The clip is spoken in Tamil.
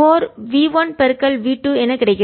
4 v1 v2 என கிடைக்கிறது